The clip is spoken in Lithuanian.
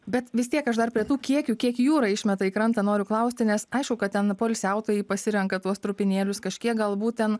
bet vis tiek aš dar prie tų kiekių kiek jūra išmeta į krantą noriu klausti nes aišku kad ten poilsiautojai pasirenka tuos trupinėlius kažkiek galbūt ten